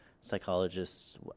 psychologists